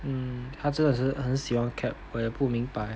mm 他真的是很喜欢 cap 我也不明白